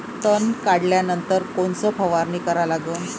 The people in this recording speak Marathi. तन काढल्यानंतर कोनची फवारणी करा लागन?